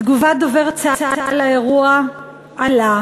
מתגובת דובר צה"ל על האירוע עלה,